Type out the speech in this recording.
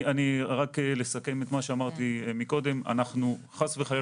רק לסכם את מה שאמרתי קודם: אנחנו חס וחלילה